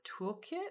toolkit